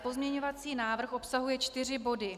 Pozměňovací návrh obsahuje čtyři body.